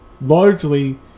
largely